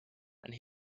and